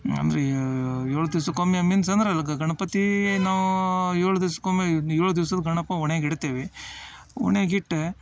ಅಂದರೆ ಏಳು ದಿವಸಕ್ಕೊಮ್ಮೆ ಮೀನ್ಸ್ ಅಂದ್ರೆ ಅಲ್ಲಿ ಗಣ್ಪತಿನೋ ಏಳು ದಿವಸಕ್ಕೊಮ್ಮೆ ಏಳು ದಿವ್ಸದ ಗಣಪ ಓಣ್ಯಾಗ ಇಡ್ತೀವಿ ಓಣ್ಯಾಗ ಇಟ್ಟು